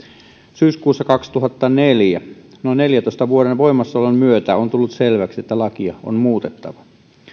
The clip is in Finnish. syyskuussa kaksituhattaneljä noin neljäntoista vuoden voimassaolon myötä on tullut selväksi että lakia on muutettava